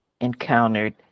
encountered